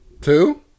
Two